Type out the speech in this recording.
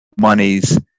monies